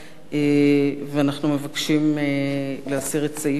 ואנחנו מבקשים להסיר את סעיף 10,